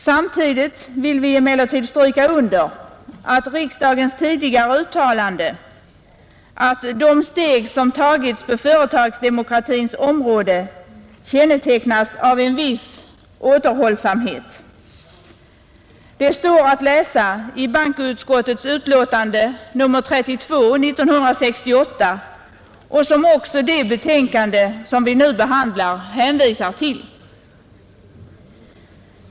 Samtidigt vill vi emellertid understryka riksdagens tidigare uttalande, att de steg som tagits på företagsdemokratins område kännetecknas av en viss återhållsamhet. Detta står att läsa i bankoutskottets utlåtande nr 32 år 1968, som även det betänkande vi nu behandlar hänvisar till.